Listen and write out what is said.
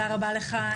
תודה רבה לך,